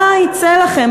מה יצא לכם?